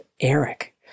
Eric